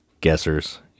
guessers